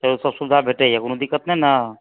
से सब सुविधा भेटैया कोनो दिक्कत नहि ने